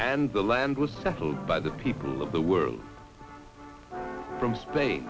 and the land was settled by the people of the world from spain